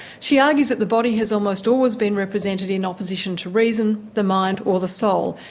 she argues that the body has almost always been represented in opposition to reason, the mind, or the soul,